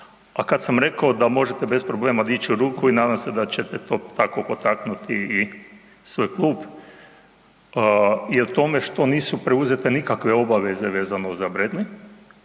A kada sam rekao da možete bez problema dići ruku i nadam se da ćete to tako potaknuti i svoj klub i o tome što nisu preuzete nikakve obaveze vezano za Bradley,